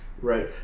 Right